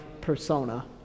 persona